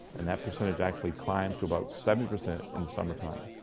and that percentage actually climbs to about seventy percent in the summertime.